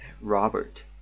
Robert